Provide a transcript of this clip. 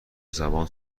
زبان